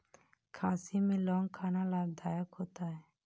खांसी में लौंग खाना लाभदायक होता है